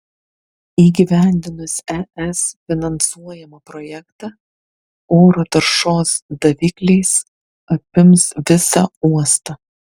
įgyvendinus es finansuojamą projektą oro taršos davikliais apims visą uostą